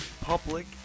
Public